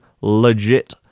legit